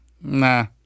nah